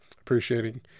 Appreciating